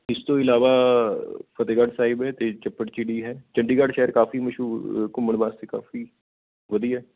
ਇਸ ਤੋਂ ਇਲਾਵਾ ਫਤਿਹਗੜ੍ਹ ਸਾਹਿਬ ਹੈ ਅਤੇ ਚੱਪੜ ਚਿੜੀ ਹੈ ਚੰਡੀਗੜ੍ਹ ਸ਼ਹਿਰ ਕਾਫੀ ਮਸ਼ਹੂਰ ਘੁੰਮਣ ਵਾਸਤੇ ਕਾਫੀ ਵਧੀਆ